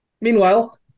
Meanwhile